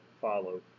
follow